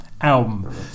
album